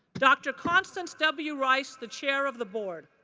dr. constance w. rice, the chair of the board